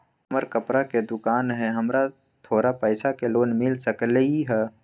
हमर कपड़ा के दुकान है हमरा थोड़ा पैसा के लोन मिल सकलई ह?